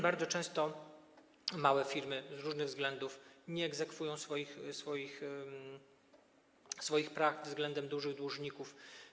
Bardzo często małe firmy z różnych względów nie egzekwują swoich praw względem dużych dłużników.